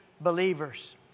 believers